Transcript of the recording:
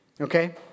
okay